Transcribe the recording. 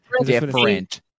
Different